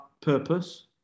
purpose